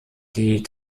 die